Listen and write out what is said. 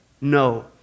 No